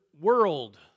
world